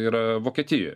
yra vokietijoj